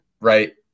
right